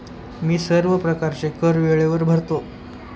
मी सर्व प्रकारचे कर वेळेवर भरतो